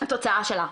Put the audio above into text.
תוצאה שלה,